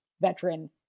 veteran